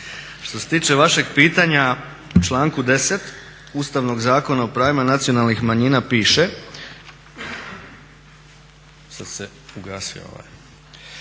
Što se tiče vašeg pitanja, u članku 10. Ustavnog zakona o pravima nacionalnih manjina piše: